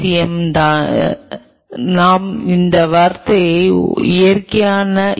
M என்ன நான் இந்த வார்த்தையை இயற்கையான ஈ